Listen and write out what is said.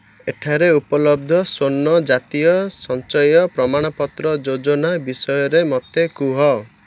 ଏଠାରେ ଉପଲବ୍ଧ ସ୍ଵର୍ଣ୍ଣ ଜାତୀୟ ସଞ୍ଚୟ ପ୍ରମାଣପତ୍ର ଯୋଜନା ବିଷୟରେ ମୋତେ କୁହ